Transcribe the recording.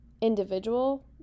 individual